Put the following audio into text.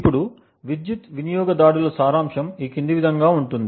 ఇప్పుడు విద్యుత్ వినియోగ దాడుల సారాంశం ఈ విధంగా ఉంటుంది